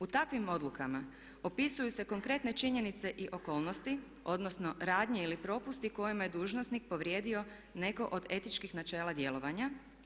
U takvim odlukama opisuju se konkretne činjenice i okolnosti, odnosno radnje ili propusti kojima je dužnosnik povrijedio neko od etičkih načela djelovanja.